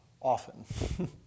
often